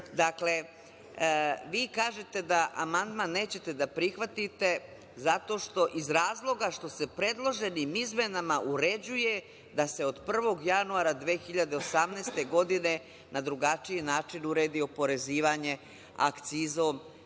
vi kažete da amandman nećete da prihvatite iz razloga što se predloženim izmenama uređuje da se od 1. januara 2018. godine na drugačiji način uredi oporezivanje akcizom